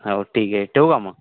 हो ठीक आहे ठेवू का मग